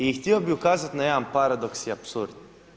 I htio bih ukazati na jedan paradoks i apsurd.